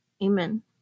Amen